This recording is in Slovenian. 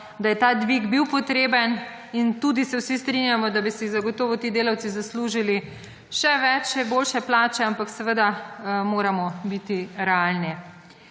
da je ta dvig bil potreben in tudi se vsi strinjamo, da bi si zagotovo ti delavci zaslužili še več, še boljše plače, ampak seveda, moramo biti realni.